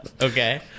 Okay